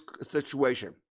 situation